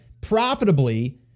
profitably